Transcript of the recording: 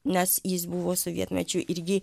nes jis buvo sovietmečiu irgi